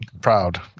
proud